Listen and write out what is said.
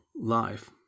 life